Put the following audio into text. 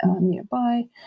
nearby